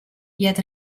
heart